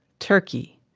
turkey.